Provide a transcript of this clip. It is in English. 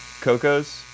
Coco's